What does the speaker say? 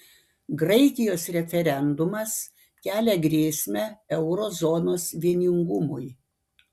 graikijos referendumas kelia grėsmę euro zonos vieningumui